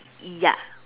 ya